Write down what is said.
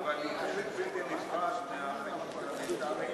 אבל היא חלק בלתי נפרד מהחיים הפרלמנטריים